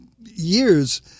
years